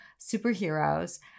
superheroes